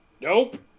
Nope